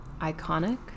iconic